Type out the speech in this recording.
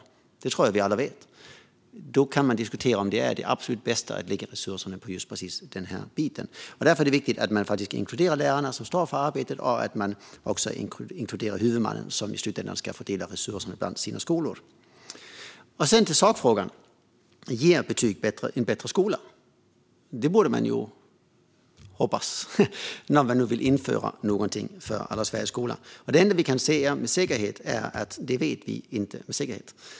Detta tror jag att vi alla vet. Då kan man diskutera om det allra bästa är att lägga resurserna på just denna bit. Därför är det viktigt att man inkluderar lärarna, som står för arbetet, och att man också inkluderar huvudmannen, som i slutändan ska fördela resurserna bland sina skolor. Till sakfrågan: Ger betyg en bättre skola? Det får vi hoppas, när man nu vill införa det i Sveriges alla skolor. Det enda vi kan säga med säkerhet är att vi inte vet det.